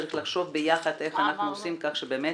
צריך לחשוב ביחד מה אנחנו עושים כך שבאמת